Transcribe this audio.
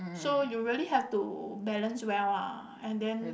so you really have to balance well uh and then